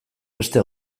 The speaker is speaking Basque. beste